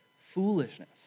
foolishness